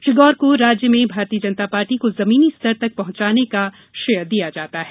श्री गौर को राज्य में भारतीय जनता पार्टी को जमीनी स्तर तक पहंचाने का श्रेय दिया जाता है